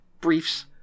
briefs